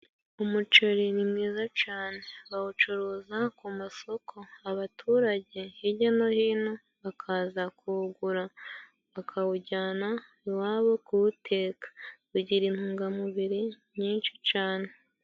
Umuceri ni mwiza cane bawucuruza ku masoko, abaturage hirya no hino bakaza kuwugura akawujyana iwabo kuwuteka, bigira intungamubiri nyinshi cane.